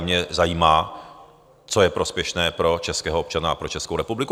Mě zajímá, co je prospěšné pro českého občana a pro Českou republiku.